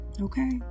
okay